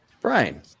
Brian